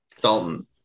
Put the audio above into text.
Dalton